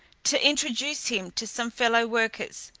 to introduce him to some fellow workers.